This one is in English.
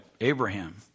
Abraham